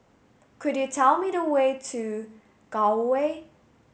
could you tell me the way to Gul Way